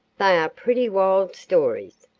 they are pretty wild stories,